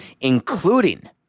including